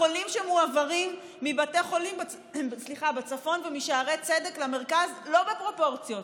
החולים שמועברים מבתי חולים בצפון ומשערי צדק למרכז לא בפרופורציות.